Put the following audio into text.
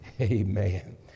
Amen